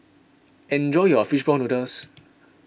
enjoy your Fish Ball Noodles